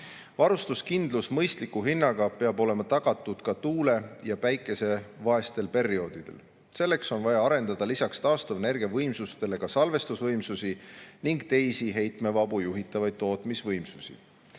Varustuskindlus mõistliku hinnaga peab olema tagatud ka tuule- ja päikesevaestel perioodidel. Selleks on vaja arendada lisaks taastuvenergiavõimsustele ka salvestusvõimsusi ning teisi heitmevabu juhitavaid tootmisvõimsusi.